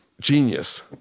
genius